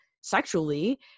sexually